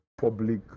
public